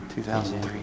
2003